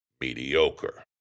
mediocre